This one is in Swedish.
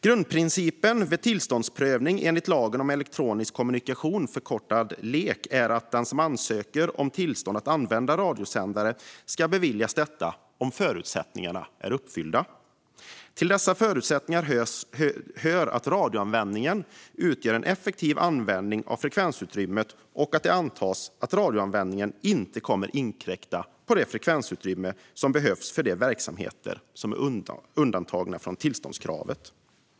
Grundprincipen vid tillståndsprövning enligt lagen om elektronisk kommunikation, förkortad LEK, är att den som ansöker om tillstånd att använda radiosändare ska beviljas detta om förutsättningarna är uppfyllda. Till dessa förutsättningar hör att radioanvändningen utgör en effektiv användning av frekvensutrymmet och att det antas att radioanvändningen inte kommer att inkräkta på det frekvensutrymme som behövs för de verksamheter som är undantagna från tillståndskravet.